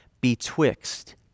betwixt